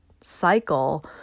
cycle